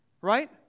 right